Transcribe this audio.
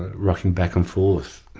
rocking back and forth.